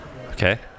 okay